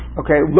okay